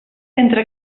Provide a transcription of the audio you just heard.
entre